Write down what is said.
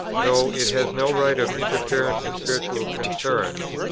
though it has no right of interference in spiritual concerns,